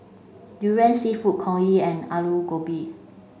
durian seafood Congee and Aloo Gobi